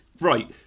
right